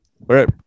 right